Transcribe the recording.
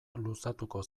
luzatuko